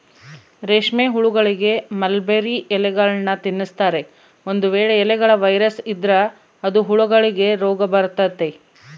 ರೇಷ್ಮೆಹುಳಗಳಿಗೆ ಮಲ್ಬೆರ್ರಿ ಎಲೆಗಳ್ನ ತಿನ್ಸ್ತಾರೆ, ಒಂದು ವೇಳೆ ಎಲೆಗಳ ವೈರಸ್ ಇದ್ರ ಅದು ಹುಳಗಳಿಗೆ ರೋಗಬರತತೆ